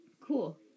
cool